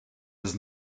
does